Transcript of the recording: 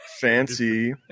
Fancy